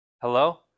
Hello